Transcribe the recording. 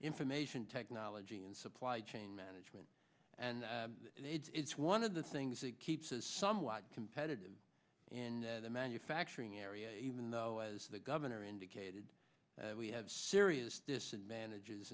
information technology and supply chain management and it's one of the things that keeps as somewhat competitive in the manufacturing area even though as the governor indicated we have serious this advantages